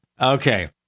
Okay